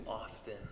often